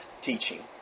teaching